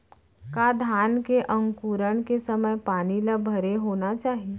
का धान के अंकुरण के समय पानी ल भरे होना चाही?